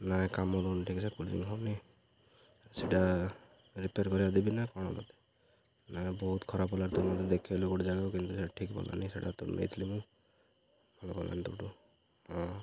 ନାଇଁ କାମ ଦଉନି ଠିକ୍ସେ କୁଲିଂ ହଉନି ସେଇଟା ରିପେୟାର୍ କରିବାକୁ ଦେବି ନା କ'ଣ ନାଇଁ ବହୁତ ଖରାପ ହେଲା ତ ମୁଁ ଦେଖେଇଲି ଗୋଟେ ଜାଗାକୁ କିନ୍ତୁ ସେଟା ଠିକ୍ ପଡ଼ିଲାନି ସେଇଟା ତ ନେଇଥିଲି ମୁଁ ଭଲ ପଡ଼ିଲାନି ତଠୁ ହଁ